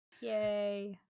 Yay